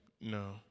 no